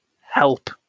help